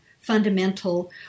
fundamental